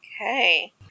Okay